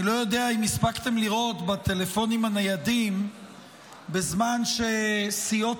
אני לא יודע אם הספקתם לראות בטלפונים הניידים שבזמן שסיעות